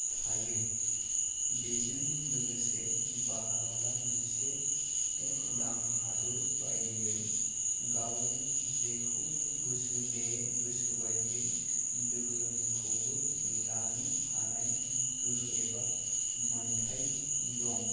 थायो बेजों लोगोसे भारता मोनसे उदां हादर बायदियै गाव जेखौ गोसो बे गोसो बायदियै धोरोमखौबो लानो हानाय गोहो एबा मोन्थाय दं